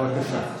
בבקשה.